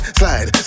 slide